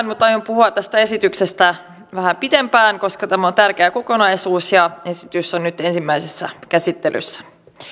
mutta aion puhua tästä esityksestä vähän pitempään koska tämä on tärkeä kokonaisuus ja esitys on nyt ensimmäisessä käsittelyssä